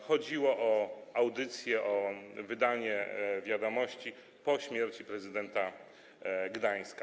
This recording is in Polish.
Chodziło o audycję, o wydanie „Wiadomości” po śmierci prezydenta Gdańska.